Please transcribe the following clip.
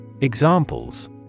Examples